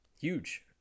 Huge